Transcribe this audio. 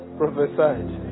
prophesied